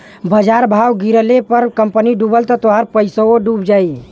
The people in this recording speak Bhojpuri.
बाजार भाव गिरले पर कंपनी डूबल त तोहार पइसवो डूब जाई